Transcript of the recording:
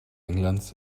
englands